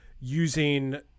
using